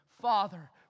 Father